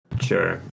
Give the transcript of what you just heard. Sure